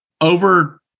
over